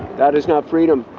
that is not freedom.